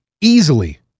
easily